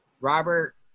robert